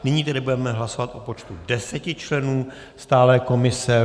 Nyní tedy budeme hlasovat o počtu 10 členů stálé komise.